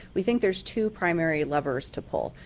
we think there is two primary levers to pull.